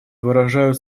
выражают